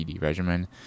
regimen